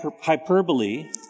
hyperbole